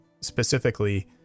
specifically